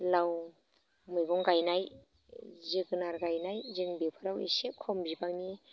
लाव मैगं गायनाय जोगोनार गायनाय जों बेफोराव एसे खम बिबांनि